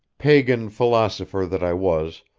pagan philosopher that i was,